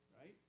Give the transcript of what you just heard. right